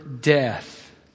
death